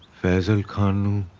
faizal khan